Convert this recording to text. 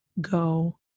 go